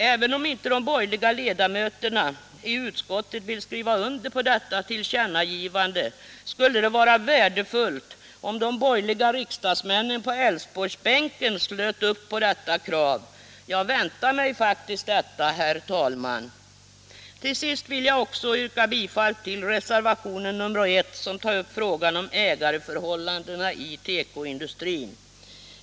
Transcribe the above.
Även om inte de borgerliga ledamöterna i utskottet vill skriva under på detta tillkännagivande, skulle det vara värdefullt om de borgerliga riksdagsmännen på Älvsborgsbänken slöt upp kring detta krav. Jag väntar mig faktiskt detta, herr talman. Till sist vill jag yrka bifall till reservationen I som tar upp frågan om ägarförhållandena i tekoindustrin.